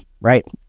right